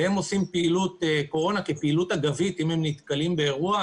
והם עושים פעילות קורונה כפעילות אגבית אם הם נתקלים באירוע,